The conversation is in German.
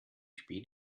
spät